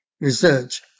Research